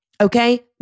Okay